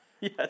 Yes